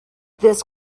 this